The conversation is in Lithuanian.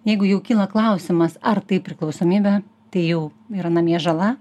jeigu jau kyla klausimas ar tai priklausomybė tai jau yra namie žala